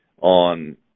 on